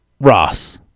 Ross